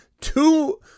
two